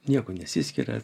niekuo nesiskiria